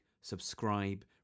subscribe